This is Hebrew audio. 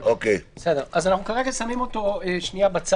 אוקיי, כרגע אנחנו שמים אותו בצד.